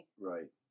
Right